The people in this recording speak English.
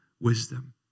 wisdom